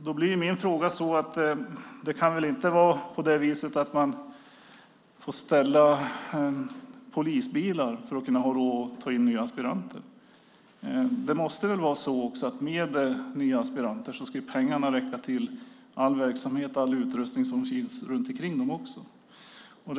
Då blir min fråga: Det kan väl inte vara så att man får ställa polisbilar för att ha råd att ta in nya aspiranter? Det måste väl vara så att pengarna ska räcka till all verksamhet och all utrustning som finns runt omkring de nya aspiranterna också?